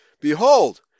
Behold